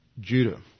Judah